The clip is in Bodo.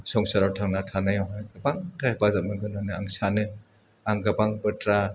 संसाराव थांना थानायावहाय गोबांथार हेफाजाब मोनगोन होनानै आं सानो आं गोबां बाथ्रा